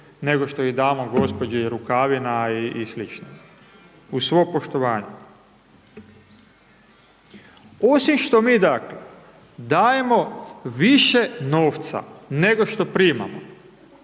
nego što ih damo gđi. Rukavina i sl. uz svo poštovanje. Osim što mi, dakle, dajemo više novca nego što primamo,